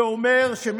זה אומר,